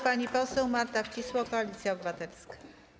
Pani poseł Marta Wcisło, Koalicja Obywatelska.